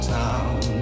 town